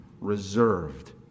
reserved